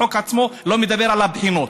החוק עצמו לא מדבר על הבחינות.